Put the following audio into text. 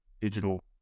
digital